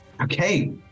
Okay